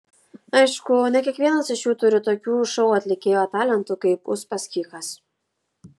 aišku ne kiekvienas iš jų turi tokių šou atlikėjo talentų kaip uspaskichas